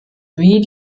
wie